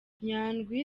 nyandwi